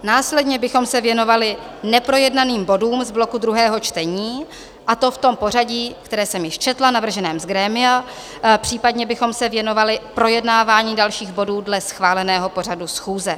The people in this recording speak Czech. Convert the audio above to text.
Následně bychom se věnovali neprojednaným bodům z bloku druhého čtení, a to v tom pořadí, které jsem již četla, navrženém z grémia, případně bychom se věnovali projednávání dalších bodů dle schváleného pořadu schůze.